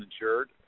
insured